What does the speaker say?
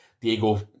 Diego